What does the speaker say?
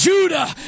Judah